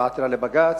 היתה עתירה לבג"ץ,